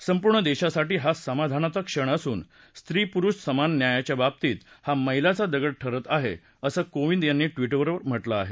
संपूर्ण देशासाठी हा समाधानाचा क्षण असून स्त्री पुरुष समान न्यायाच्या बाबतीत हा मैलाचा दगड ठरला आहे असं कोविंद यांनी ट्विटरवर म्हटलं आहे